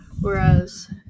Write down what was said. Whereas